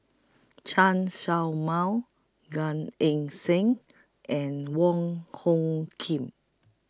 Chen Show Mao Gan Eng Seng and Wong Hung Khim